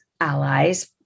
allies